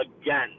again